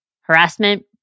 Harassment